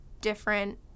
different